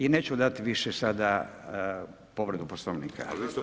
I neću dati više sada povredu Poslovnika.